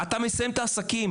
אתה מסיים את העסקים,